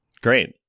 Great